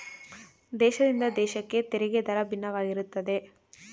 ದೇಶದಿಂದ ದೇಶಕ್ಕೆ ತೆರಿಗೆ ದರ ಭಿನ್ನವಾಗಿರುತ್ತದೆ